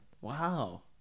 Wow